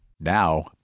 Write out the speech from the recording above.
Now